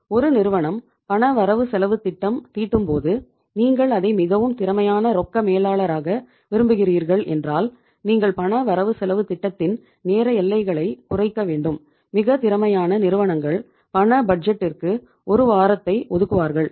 ஒரு நிறுவனம் பண வரவு செலவுத் திட்டம் ஒரு வாரத்தை ஒதுக்குவார்கள்